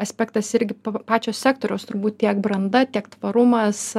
aspektas irgi pačio sektoriaus turbūt tiek branda tiek tvarumas